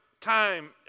time